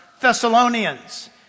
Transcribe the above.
Thessalonians